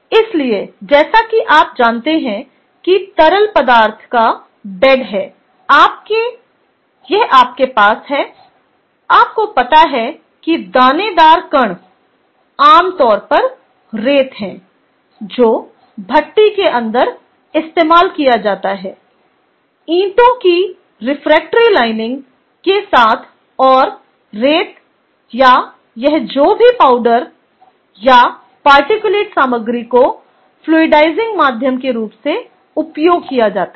इसलिए जैसा कि आप जानते हैं कि तरल पदार्थ का बेड है यह आपके पास है आपको पता है कि दानेदार कण आमतौर पर रेत है जो भट्टी के अंदर इस्तेमाल किया जाता है ईंटों की रिफ्रैक्ट्री लाइनिंग के साथ और रेत या यह जो भी पाउडर या पार्टिकुलेट सामग्री को फ्लूइडाइसिंग माध्यम के रूप में उपयोग किया जाता है